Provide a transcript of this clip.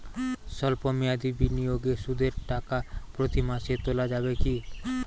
সল্প মেয়াদি বিনিয়োগে সুদের টাকা প্রতি মাসে তোলা যাবে কি?